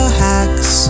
hacks